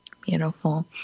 Beautiful